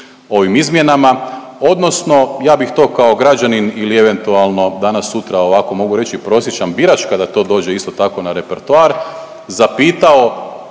ovim izmjenama odnosno ja bih to kao građanin ili eventualno danas sutra ovako mogu reći prosječan birač kada to dođe isto tako na repertoar zapitao